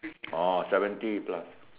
oh seventy plus